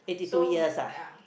so ya